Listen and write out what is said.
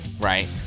right